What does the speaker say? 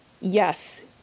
Yes